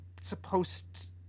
supposed